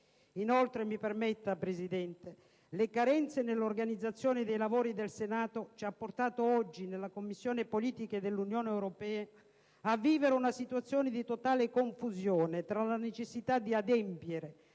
ricordare, signora Presidente, che le carenze nell'organizzazione dei lavori del Senato ci ha portato oggi nella Commissione politiche dell'Unione europea a vivere una situazione di totale confusione generata dalla necessità di adempiere